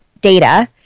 data